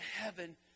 heaven